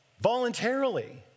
Voluntarily